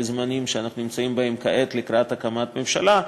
זמנים שאנחנו נמצאים בהם כעת לקראת הקמת ממשלה,